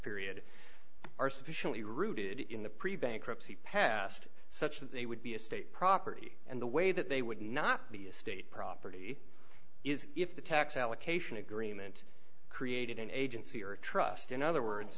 period are sufficiently rooted in the pre bankruptcy past such that they would be a state property and the way that they would not be a state property is if the tax allocation agreement created an agency or a trust in other words